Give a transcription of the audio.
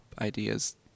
ideas